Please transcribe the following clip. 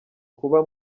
kuba